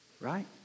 Right